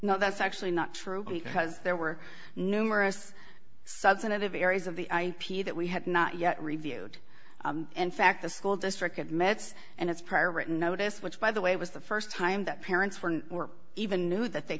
now that's actually not true because there were numerous substantive areas of the ip that we had not yet reviewed in fact the school district admits and its prior written notice which by the way was the st time that parents were or even knew that they